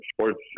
sports